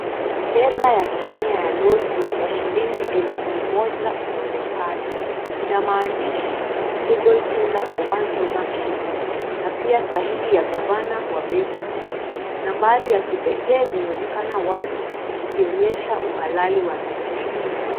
Fedha ya Kenya ya noti ya shilingi elfu moja inaonekana . Ina maadishi [c] legal tender for one thousand shillings[c] na pia sahihi ya gavana wa benki kuu. Nambari ya kipekee zinaonekana wazi zikionyesha uhalali wa noti.